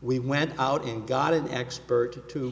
we went out and got an expert to